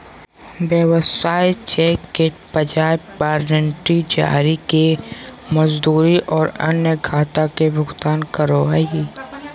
व्यवसाय चेक के बजाय वारंट जारी करके मजदूरी और अन्य खाता के भुगतान करो हइ